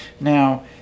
Now